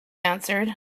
answered